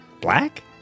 black